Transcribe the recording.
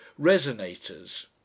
resonators